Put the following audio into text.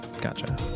Gotcha